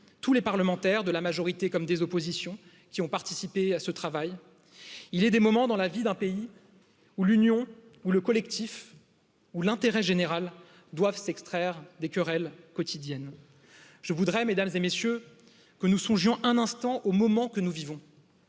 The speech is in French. tous les parlementaires de la majorité comme des oppositions qui ont participé à ce travail. Il est des moments dans la vie d'un pays où l'union ou le collectif ou l'intérêt général doivent extraire des querelles quotidiennes je voudrais Mᵐᵉˢ et MM. que nous un instant au moment que nous vivons,